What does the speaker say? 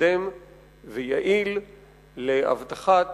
מתקדם ויעיל להבטחת